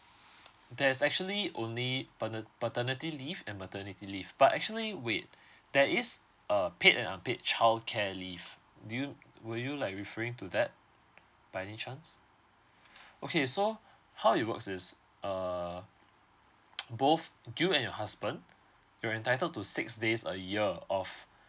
there's actually only pate~ paternity leave and maternity leave but actually wait that is err paid and unpaid childcare leave do you were you like referring to that by any chance okay so how it works is uh both you and your husband you're entitled to six days a year of